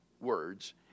words